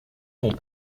ton